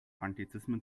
anglizismen